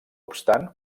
obstant